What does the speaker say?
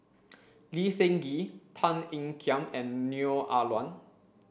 Lee Seng Gee Tan Ean Kiam and Neo Ah Luan